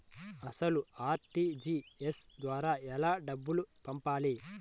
అసలు అర్.టీ.జీ.ఎస్ ద్వారా ఎలా డబ్బులు పంపాలి?